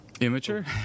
Immature